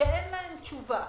אין להן תשובה.